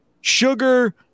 sugar